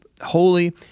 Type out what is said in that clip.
holy